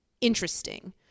interesting